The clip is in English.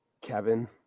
Kevin